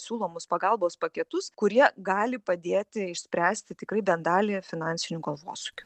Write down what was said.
siūlomus pagalbos paketus kurie gali padėti išspręsti tikrai bent dalį finansinių galvosūkių